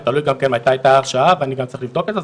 תלוי גם כן מתי הייתה ההרשעה ואני גם צריך לבדוק את זה,